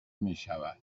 میشود